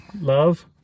love